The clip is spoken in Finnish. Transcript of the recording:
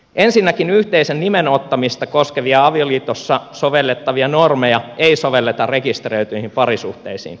ensinnäkin yhteisen nimen ottamista koskevia avioliitossa sovellettavia normeja ei sovelleta rekisteröityihin parisuhteisiin